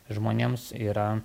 žmonėms yra